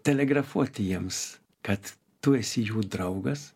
telegrafuoti jiems kad tu esi jų draugas